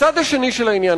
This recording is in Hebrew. הצד השני של העניין,